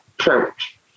church